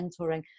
mentoring